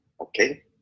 Okay